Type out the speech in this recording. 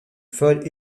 folle